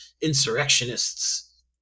insurrectionists